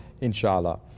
Inshallah